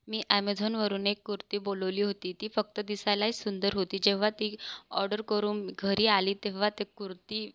मी ॲमेझॉनवरून एक कुर्ती बोलवली होती ती फक्त दिसायलाय सुंदर होती जेव्हा ती ऑर्डर करून घरी आली तेव्हा ती कुर्ती